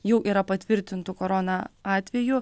jau yra patvirtintų corona atvejų